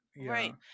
right